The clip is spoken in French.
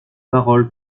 paroles